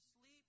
sleep